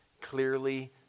clearly